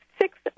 six